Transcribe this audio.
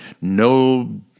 no